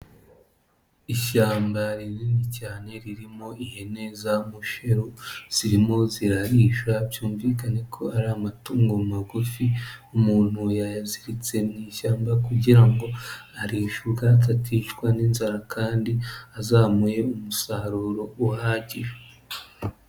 Ishyamba rinini cyane ririmo ihene za musheru zirimo zirarisha byumvikane ko ari amatungo magufi umuntu yayaziritse mu ishga kugira ngo arishae ubwatsi aticwa n'inzara kandi azamuye umusaruro uhagije.